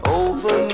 over